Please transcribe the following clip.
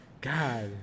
god